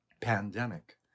pandemic